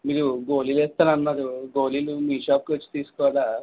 మీరు గోళీలు ఇస్తాను అన్నారు గోళీలు మీ షాప్కే వచ్చి తీసుకోవాలా